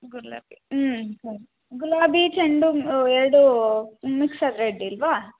ಗುಲಾಬಿ ಹ್ಞ್ ಹ್ಞ್ ಗುಲಾಬಿ ಚಂಡು ಹೂವ್ ಎರಡು ಮಿಕ್ಸ್ ಆದರೆ ಅಡ್ಡಿಯಿಲ್ವಾ